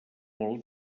molt